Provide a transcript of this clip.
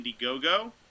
Indiegogo